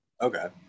Okay